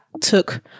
took